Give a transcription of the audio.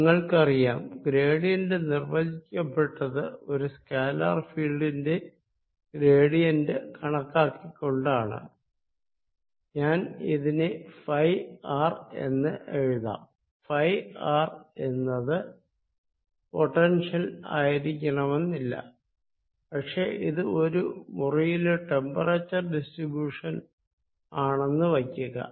നിങ്ങൾക്കറിയാം ഗ്രേഡിയന്റ് നിർവചിക്കപ്പെട്ടത് ഒരു സ്കാലർ ഫീൽഡിന്റെ ഗ്രേഡിയന്റ് കണക്കാക്കിക്കൊണ്ടാണ് ഞാൻ ഇതിനെ ഫൈ ആർ എന്ന് എഴുതാം ഫൈ ആർ എന്നത് പൊട്ടൻഷ്യൽ ആയിരിക്കണമെന്നില്ല പക്ഷെ അത് ഒരു മുറിയിലെ ടെമ്പറേച്ചർ ഡിസ്ട്രിബൂഷൻ ആണെന്ന് വയ്ക്കുക